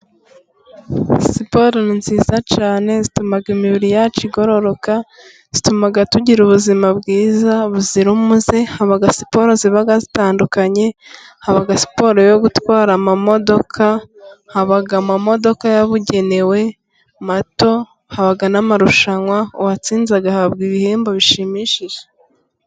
Siporo ni nziza cyane zituma imibiri yacu igororoka. Zituma tugira ubuzima bwiza buzira umuze, hakaba siporo zibaga zitandukanye haba siporo yo gutwara n'amamodoka, haba amamodoka yabugenewe mato. Haba n'amarushanwa uwatsinze agahabwa ibihembo bishimishije.